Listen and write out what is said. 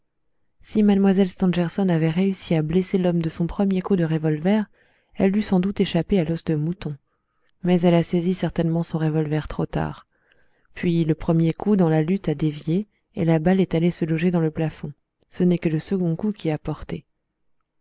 si mlle stangerson avait réussi à blesser l'homme de son premier coup de revolver elle eût sans doute échappé à l'os de mouton mais elle a saisi certainement son revolver trop tard puis le premier coup dans la lutte a dévié et la balle est allée se loger dans le plafond ce n'est que le second coup qui a porté